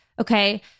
Okay